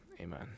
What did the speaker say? Amen